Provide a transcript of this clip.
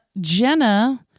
Jenna